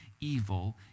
evil